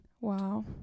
wow